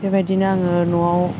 बेबायदिनो आङो न'आव